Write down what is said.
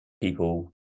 people